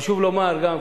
חשוב לומר גם,